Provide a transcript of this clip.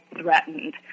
threatened